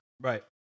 right